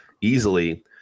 easily